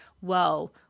Whoa